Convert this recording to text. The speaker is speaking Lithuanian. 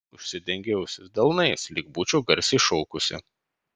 užsidengei ausis delnais lyg būčiau garsiai šaukusi